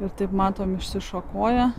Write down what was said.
ir taip matom išsišakoja